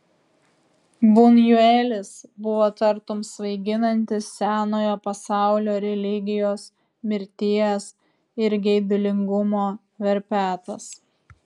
bunjuelis buvo tartum svaiginantis senojo pasaulio religijos mirties ir geidulingumo verpetas